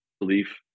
belief